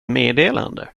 meddelande